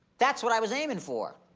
that's what i was aiming for.